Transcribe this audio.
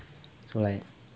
so like